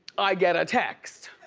i get a text,